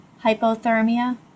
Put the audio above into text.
hypothermia